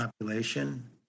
population